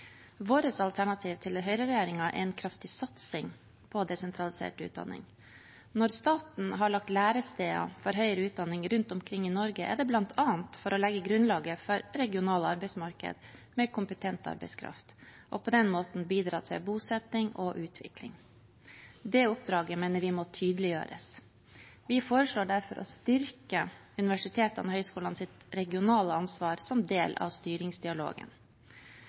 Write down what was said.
Vårt alternativ til høyreregjeringen er en kraftig satsing på desentralisert utdanning. Når staten har lagt læresteder for høyere utdanning rundt omkring i Norge, er det bl.a. for å legge grunnlaget for regionale arbeidsmarked med kompetent arbeidskraft, og på den måten bidra til bosetting og utvikling. Det oppdraget mener vi må tydeliggjøres. Vi foreslår derfor å styrke universitetenes og høyskolenes regionale ansvar som del av styringsdialogen.